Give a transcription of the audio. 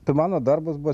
tai mano darbas buvo